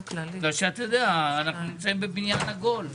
אתה יודע, אנחנו נמצאים בבניין עגול.